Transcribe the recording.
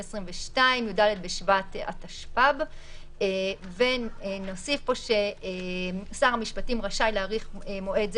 י"ד בשבט התשפ"ב"; שר המשפטים רשאי להאריך מועד זה